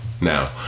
now